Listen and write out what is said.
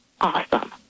awesome